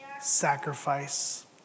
sacrifice